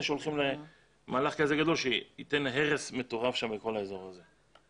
שהולכים למהלך כזה גדול שייתן הרס מטורף שם לכל האזור הזה.